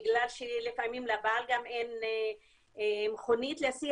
בגלל שלפעמים לבעל גם אין מכונית להסיע